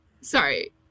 Sorry